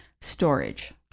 Storage